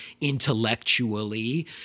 intellectually